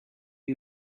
you